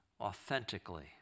authentically